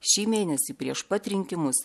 šį mėnesį prieš pat rinkimus